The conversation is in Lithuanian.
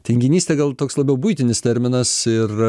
tinginystė gal toks labiau buitinis terminas ir